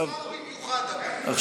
השר במיוחד, אגב.